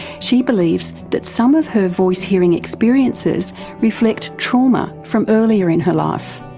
she believes that some of her voice-hearing experiences reflect trauma from earlier in her life.